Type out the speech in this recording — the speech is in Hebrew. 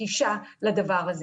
גישה לדבר הזה.